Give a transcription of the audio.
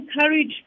encourage